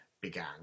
began